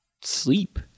sleep